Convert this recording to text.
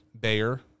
Bayer